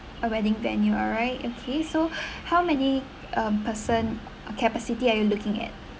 a wedding venue alright okay so how many um person uh capacity are you looking at